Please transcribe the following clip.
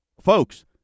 folks